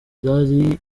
zari